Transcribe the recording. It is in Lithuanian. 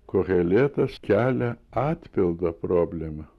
koheletas kelia atpildą problema